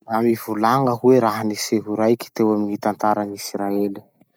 Mba mivolagna hoe raha-niseho raiky teo amy gny tantaran'Israely?